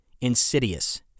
insidious